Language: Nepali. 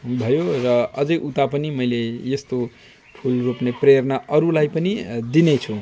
भयो र अझै उता पनि मैले यस्तो फुल रोप्ने प्रेरणा अरुलाई पनि दिनेछु